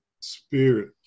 spirit